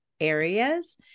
areas